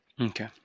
Okay